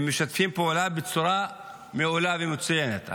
הם משתפים פעולה בצורה מעולה ומצוינת.